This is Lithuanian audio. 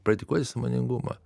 praktikuoti sąmoningumą